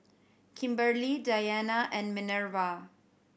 Kimberely Dianna and Minerva